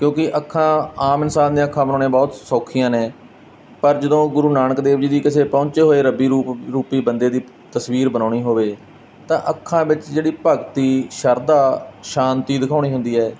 ਕਿਉਂਕਿ ਅੱਖਾਂ ਆਮ ਇਨਸਾਨ ਦੀਆਂ ਅੱਖਾਂ ਬਣਾਉਣੀਆਂ ਬਹੁਤ ਸੌਖੀਆਂ ਨੇ ਪਰ ਜਦੋਂ ਗੁਰੂ ਨਾਨਕ ਦੇਵ ਜੀ ਦੀ ਕਿਸੇ ਪਹੁੰਚੇ ਹੋਏ ਰੱਬੀ ਰੂਪ ਰੂਪੀ ਬੰਦੇ ਦੀ ਤਸਵੀਰ ਬਣਾਉਣੀ ਹੋਵੇ ਤਾਂ ਅੱਖਾਂ ਵਿੱਚ ਜਿਹੜੀ ਭਗਤੀ ਸ਼ਰਧਾ ਸ਼ਾਂਤੀ ਦਿਖਾਉਣੀ ਹੁੰਦੀ ਹੈ